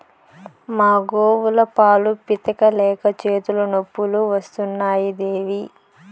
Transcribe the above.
మా గోవుల పాలు పితిక లేక చేతులు నొప్పులు వస్తున్నాయి దేవీ